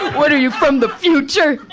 what are you, from the future?